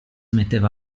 metteva